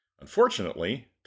Unfortunately